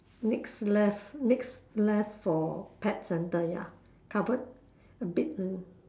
next left next left for pet centre ya cupboard a bit